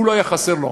הוא, לא היה חסר לו,